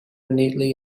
neatly